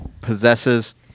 possesses